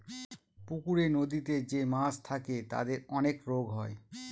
পুকুরে, নদীতে যে মাছ থাকে তাদের অনেক রোগ হয়